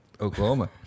Oklahoma